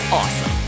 awesome